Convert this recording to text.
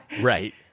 Right